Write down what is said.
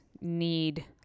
need